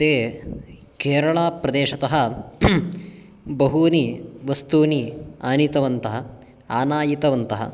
ते केरळाप्रदेशतः बहूनि वस्तूनि आनीतवन्तः आनायितवन्तः